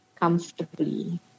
comfortably